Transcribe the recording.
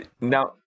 Now